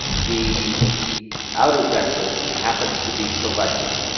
the outer vector happens to be selected.